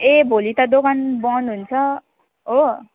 ए भोलि त दोकान बन्द हुन्छ हो